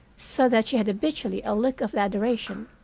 so that she had habitually a look of adoration.